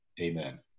amen